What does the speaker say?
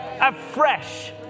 Afresh